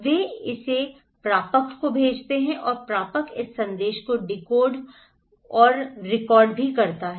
वे इसे प्रापक को भेजते हैं और प्रापक इस संदेश को डिकोड डीकोड और रीकोड भी करता है